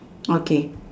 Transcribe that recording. okay